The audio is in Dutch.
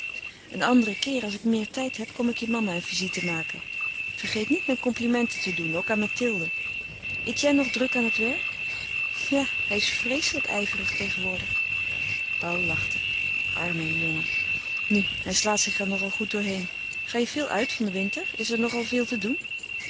een anderen keer als ik meer tijd heb kom ik je mama eene visite maken vergeet niet mijn complimenten te doen ook aan mathilde etienne nog druk aan het werk ja hij is vreeselijk ijverig tegenwoordig paul lachte arme jongen nu hij slaat er zich nogal goed door heen ga je veel uit van den winter is er nog al veel te doen